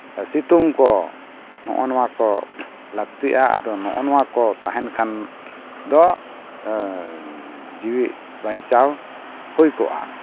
ᱥᱤᱛᱩᱝ ᱠᱚ ᱱᱚᱜᱼᱚ ᱱᱚᱣᱟ ᱠᱚ ᱞᱟᱹᱠᱛᱤᱜᱼᱟ ᱟᱫᱚ ᱱᱚᱜᱼᱚ ᱱᱚᱣᱟ ᱠᱚ ᱛᱟᱦᱮᱱ ᱠᱷᱟᱱ ᱫᱚ ᱡᱤᱣᱤ ᱵᱟᱧᱪᱟᱣ ᱦᱩᱭ ᱠᱚᱜᱼᱟ